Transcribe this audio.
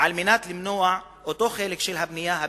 על מנת למנוע אותו חלק של הבנייה הבלתי-חוקית,